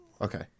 Okay